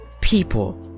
People